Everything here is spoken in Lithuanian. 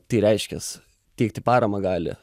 tai reiškias teikti paramą gali